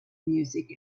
music